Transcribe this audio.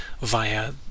via